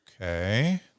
Okay